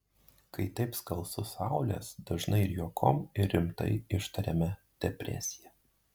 kai taip skalsu saulės dažnai ir juokom ir rimtai ištariame depresija